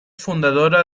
fundadora